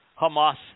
Hamas